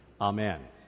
Amen